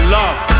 love